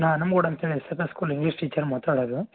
ನಾ ನಮ್ಗೂಡ್ ಅಂಥೇಳಿ S M S school English teacher ಮಾತಾಡೋದು